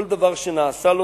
כל דבר שנעשה לו.